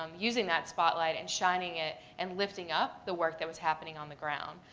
um using that spotlight and shining it and lifting up the work that was happening on the ground.